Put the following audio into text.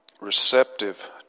receptive